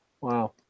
Wow